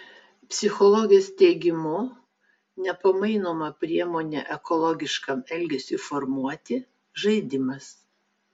psichologės teigimu nepamainoma priemonė ekologiškam elgesiui formuoti žaidimas